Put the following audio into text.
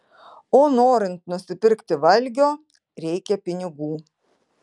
o norint nusipirkti valgio reikia pinigų